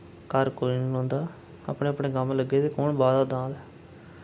घर कोई नेईं रौंह्दा अपने अपने कम्म लग्गे दे कु'न बाह् दा दांद